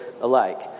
alike